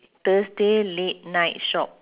thursday late night shop